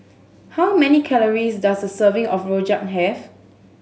how many calories does a serving of rojak have